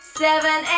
seven